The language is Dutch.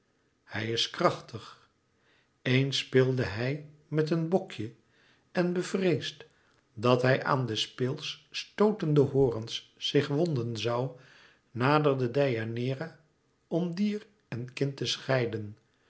hij is krachtig eens speelde hij met een bokje en bevreesd dat hij aan de speelsch stootende horens zich wonden zoû naderde deianeira om dier en kind te scheiden